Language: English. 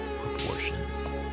proportions